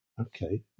Okay